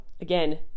again